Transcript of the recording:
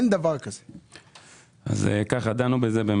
כמו